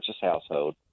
household